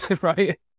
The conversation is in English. right